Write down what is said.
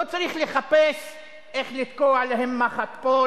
לא צריך לחפש איך לתקוע להם מחט פה,